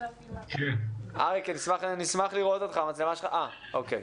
מה שלומך?